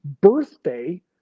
birthday